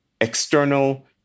External